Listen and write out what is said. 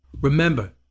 Remember